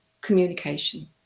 communication